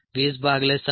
52060t4